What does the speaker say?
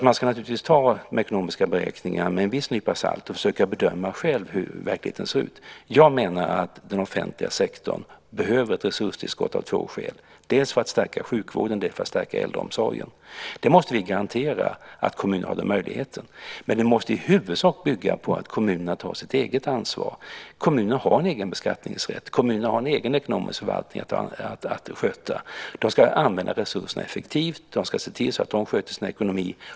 Man ska ta ekonomiska beräkningar med en viss nypa salt och själv försöka bedöma hur verkligheten ser ut. Jag menar att den offentliga sektorn behöver ett resurstillskott av två skäl, dels för att stärka sjukvården, dels för att stärka äldreomsorgen. Vi måste garantera att kommunerna har denna möjlighet. Men det måste i huvudsak bygga på att kommunerna tar sitt eget ansvar. Kommunerna har en egen beskattningsrätt, och kommunerna har en egen ekonomisk förvaltning att sköta. De ska använda resurserna effektivt och se till att ekonomin sköts.